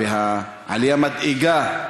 עלייה מדאיגה,